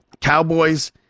Cowboys